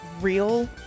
real